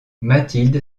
mathilde